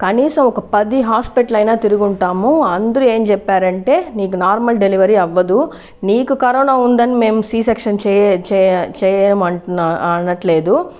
కనీసం ఒక పది హాస్పిటలైనా తిరుగు ఉంటాము అందరూ ఏం చెప్పారంటే నీకు నార్మల్ డెలివరీ అవ్వదు నీకు కరోనా ఉందని మేము సి సెక్షన్ మేము చెయ్యము అంటున్న అనట్లేదు